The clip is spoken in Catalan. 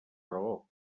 raó